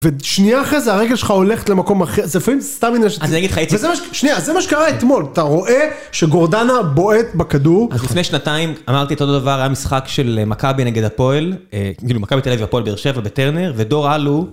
ושנייה אחרי זה הרגל שלך הולכת למקום אחר, זה לפעמים סתם עניין של.. אז אני.. שנייה, זה מה שקרה אתמול, אתה רואה שגורדנה בועט בכדור. אז לפני שנתיים, אמרתי את אותו דבר, היה משחק של מכבי נגד הפועל, כאילו, מכבי תל אביב הפועל באר שבע בטרנר, ודור אלו...